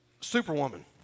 superwoman